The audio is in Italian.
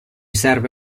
serve